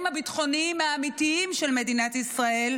הביטחוניים האמיתיים של מדינת ישראל,